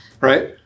right